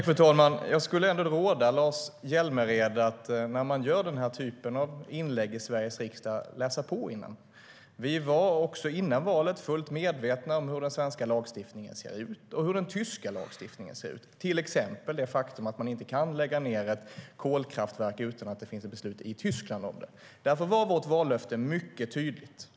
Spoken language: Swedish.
Fru talman! Jag skulle råda Lars Hjälmered att läsa på innan han gör den här typen av inlägg i Sveriges riksdag. Vi var också före valet fullt medvetna om hur den svenska lagstiftningen ser ut och hur den tyska lagstiftningen ser ut, till exempel om det faktum att man inte kan lägga ned ett kolkraftverk utan att det finns ett beslut i Tyskland om det. Därför var vårt vallöfte mycket tydligt.